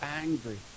angry